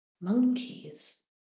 Monkeys